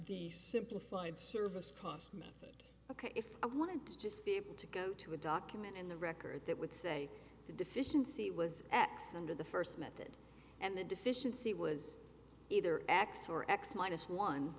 the simplified service cost method ok if i wanted to just be able to go to a document and the record that would say the deficiency was x and or the first method and the deficiency was either x or x minus one